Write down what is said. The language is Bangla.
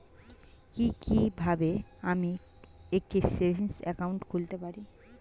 কি কিভাবে আমি একটি সেভিংস একাউন্ট খুলতে পারি?